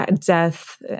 death